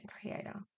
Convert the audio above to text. creator